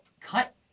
cut